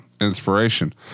inspiration